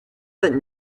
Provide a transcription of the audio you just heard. that